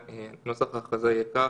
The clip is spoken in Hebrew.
נוסח ההכרזה יהיה כך: